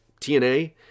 TNA